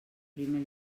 primer